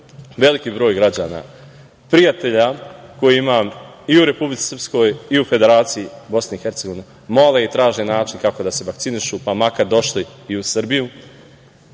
broj građana, prijatelja kojih ima i u Republici Srpskoj i u Federaciji BiH mole i traže način kako da se vakcinišu, pa makar došli i u Srbiju.